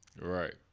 Right